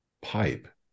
pipe